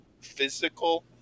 physical